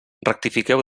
rectifiqueu